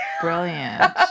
brilliant